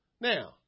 Now